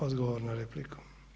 Odgovor na repliku.